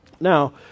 now